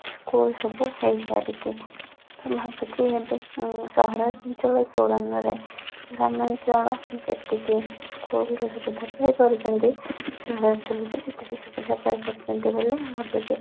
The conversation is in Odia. ସ୍କୁଲ ସବୁ ହୋଇସାରିଛି ତ ଭାବୁଛି ଏବେ ସହରାଞ୍ଚଳ ତୁଳନାରେ ଗ୍ରାମାଞ୍ଚଳ ଯେତିକି ସ୍କୁଲର ସୁବିଧା ପାଇପାରୁଛନ୍ତି ସହରାଞ୍ଚଳରେ ବି ସେତିକି ସୁବିଧା ପାଇପାରୁଛନ୍ତି ବୋଲି ଭାବୁଛି